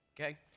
Okay